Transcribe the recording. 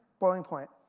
boiling point.